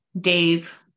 Dave